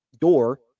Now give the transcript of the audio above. door